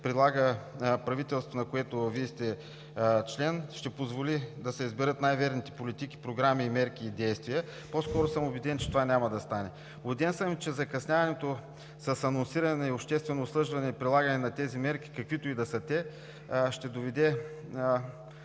прилага правителството, на което Вие сте член, ще позволи да се изберат най-верните политики, програми, мерки и действия. По-скоро съм убеден, че това няма да стане. Убеден съм, че и закъсняването с анонсиране, обществено обсъждане и прилагане на тези мерки, каквито и да са те, ще доведе